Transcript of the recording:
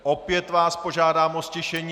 Opět vás požádám o ztišení.